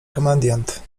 komediant